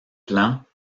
plans